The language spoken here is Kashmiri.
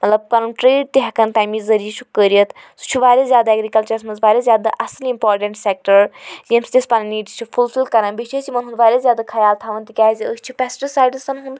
مطلب پَنُن ٹرٛیڈ تہِ ہیٚکان تمے ذریعہ چھُ کٔرِتھ سُہ چھُ واریاہ زیادٕ ایٚگرِکَلچَرَس مَنٛز واریاہ زیادٕ اصلی امپارٹیٚنٛٹ سیٚکٹر ییٚمہِ سۭتۍ أسۍ پَنٕنۍ نیٖڈٕس چھِ فُل فِل کران بیٚیہِ چھِ أسۍ یمن ہُنٛد واریاہ زیادٕ خیال تھاوان تِکیٛازِ أسۍ چھِ پیٚسٹِسایڈٕسَن ہُنٛد